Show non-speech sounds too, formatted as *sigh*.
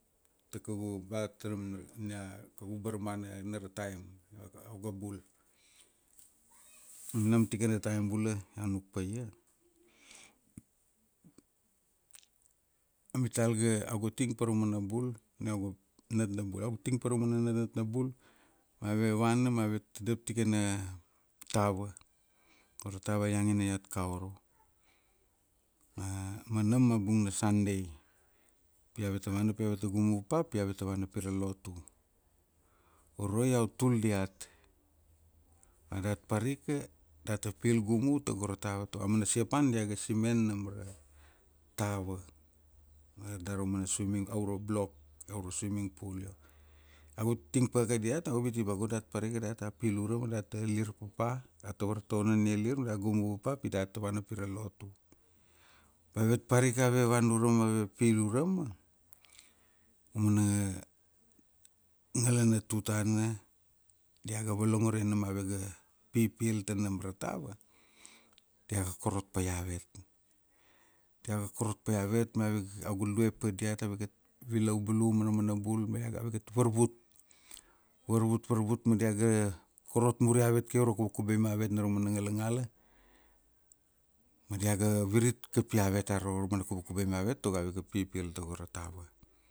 Ta kaugu, bea, taramana, na, kau barmana na ra taim, iau ga bul. Nam tikana taim bula, iau nukpaia, amital ga, iau ga ting pa ra mana bul na iau ga natnabul. Iau ga ting pa ra mana natnatnabul mave vana ,ave tadap tikana, tava, go ra tava a ianngina iat Kaoro. *hesitation* Ma nam a bung na Sunday. Pi aveta vana pi aveta gumu pa pi, aveta vana pira lotu. Uro iau tul diat. Ba dat parika data pil gumu tago ra tava. Tago auana Siapan dia ga simen nam ra tava. Ma dar ra mana swiming, auro block, aura swimming pool. Iau ga ting pa ka diat iau biti ba go dat parika data pil urama data alir papa, data vartovo na nialir ma da gumu papa data vana pira lotu. Ba avet parika ave vanaurama ave pil urama, aumana, ngala na tutana diaga volongore namavega pipil tanam ra tava, Diaga korot pa iavet. Diaga korot paiavet maave, iau ga lue pa diat, ave ga vilau bulu ma na manabuma avega varvut, varvut, varvut ma diaga, korot mur avet uro mana kumkubai mavet na ra mana ngalangala, ma diaga virit kapi avet aro ra mana kumkubai mavet tago avega pipil tago ra tava.